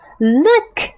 look